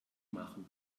machen